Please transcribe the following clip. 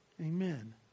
Amen